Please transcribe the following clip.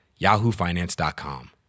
yahoofinance.com